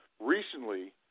Recently